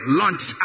launch